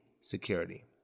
security